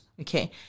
okay